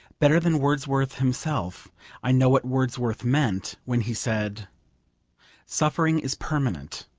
better than wordsworth himself i know what wordsworth meant when he said suffering is permanent,